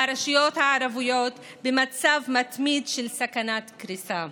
הרשויות הערביות במצב מתמיד של סכנת קריסה.